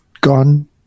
gone